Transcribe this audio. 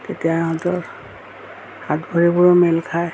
তেতিয়া অন্তত হাত ভৰিবোৰ মেল খাই